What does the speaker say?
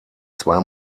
zwei